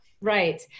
Right